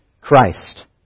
Christ